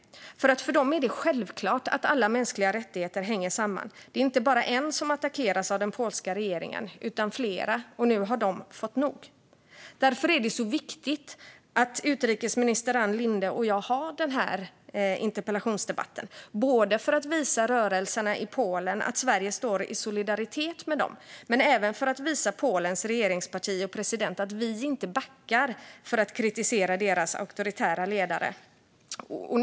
För dem är det nämligen självklart att alla mänskliga rättigheter hänger samman. Det är inte bara en som attackeras av den polska regeringen utan flera, och nu har de fått nog. Därför är det så viktigt att utrikesminister Ann Linde och jag har den här interpellationsdebatten, både för att visa rörelserna i Polen att Sverige står i solidaritet med dem och för att visa Polens regeringsparti och president att vi inte backar för att kritisera deras auktoritära ledare.